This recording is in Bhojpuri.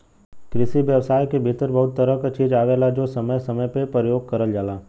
कृषि व्यवसाय के भीतर बहुत तरह क चीज आवेलाजो समय समय पे परयोग करल जाला